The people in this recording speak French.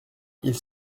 ils